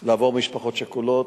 לעבור במשפחות שכולות.